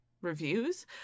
reviews